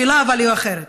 אבל השאלה היא אחרת: